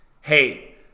Hey